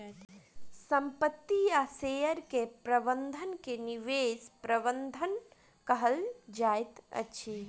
संपत्ति आ शेयर के प्रबंधन के निवेश प्रबंधन कहल जाइत अछि